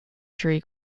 tree